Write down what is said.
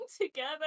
together